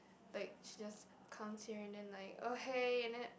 like she just comes here and then like oh hey Annette